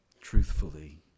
truthfully